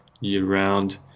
year-round